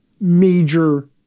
major